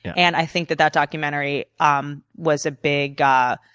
and i think that that documentary um was a big ah